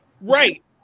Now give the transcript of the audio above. Right